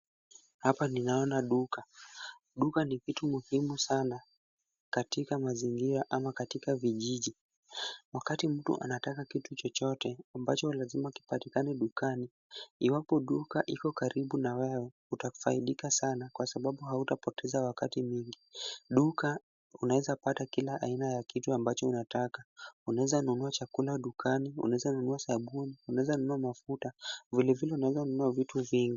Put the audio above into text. Hapa ninaona duka. Duka ni kitu muhimu sana katika mazingira ama katika vijiji. Wakati mtu anataka kitu chochote ambacho lazima kinapatikane dukani, iwapo duka iko karibu na wewe, utafaidika sana kwa sababu hautapoteza wakati mwingi. Duka unaweza pata kila aina ya kitu ambacho unataka. Unaeza nunua chakula dukani, unaweza nunua sabuni, unaweza nunua mafuta, vile vile unaweza nunua vitu vingi.